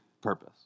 purpose